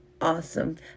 awesome